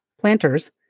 Planters